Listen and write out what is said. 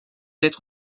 être